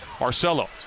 Marcelo